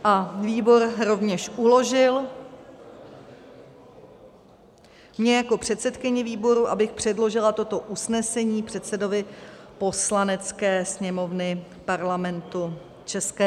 A výbor rovněž uložil mně jako předsedkyni výboru, abych předložila toto usnesení předsedovi Poslanecké sněmovny Parlamentu ČR.